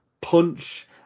punch